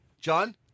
John